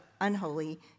unholy